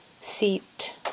seat